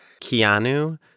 Keanu